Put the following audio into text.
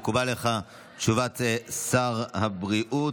מקובלת עליך תשובת שר הבריאות,